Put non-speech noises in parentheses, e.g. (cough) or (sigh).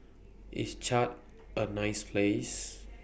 IS Chad A nice Place (noise)